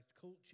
culture